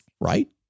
Right